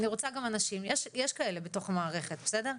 יש כאמדו לה בתוך המערכת, בסדר?